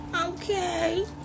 Okay